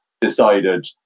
decided